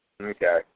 Okay